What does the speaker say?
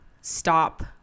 stop